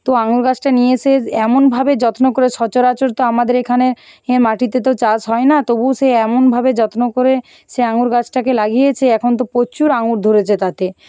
তো আঙুর গাছটা নিয়ে এসে সে এমনভাবে যত্ন করে সচরাচর তো আমাদের এখানের এ মাটিতে তো চাষ হয় না তবু সে এমনভাবে যত্ন করে সে আঙুর গাছটাকে লাগিয়েছে এখন তো প্রচুর আঙুর ধরেছে তাতে